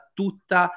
tutta